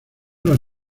las